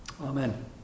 Amen